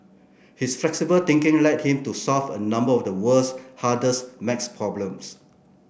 his flexible thinking led him to solve a number of the world's hardest maths problems